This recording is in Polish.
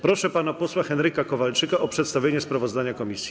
Proszę pana posła Henryka Kowalczyka o przedstawienie sprawozdania komisji.